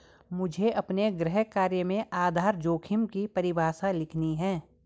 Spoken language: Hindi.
मुझे अपने गृह कार्य में आधार जोखिम की परिभाषा लिखनी है